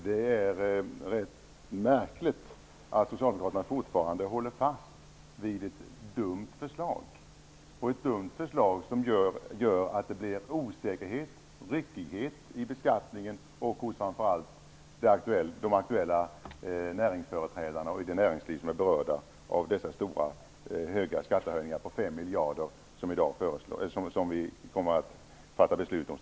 Det är rätt märkligt att Socialdemokraterna håller fast vid ett dumt förslag som gör att det blir osäkerhet och ryckighet i beskattningen. Framför allt gäller det de aktuella näringsföreträdarna och det näringsliv som berörs av de stora skattehöjningar på 5 miljarder kronor som vi strax kommer att fatta beslut om.